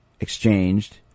exchanged